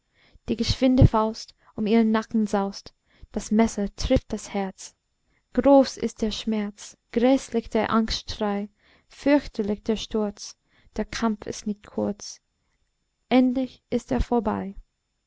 die geschwinde faust um ihren nacken saust das messer trifft das herz groß ist der schmerz gräßlich der angstschrei fürchterlich der sturz der kampf ist nicht kurz endlich ist er vorbei